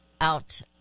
Out